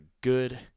good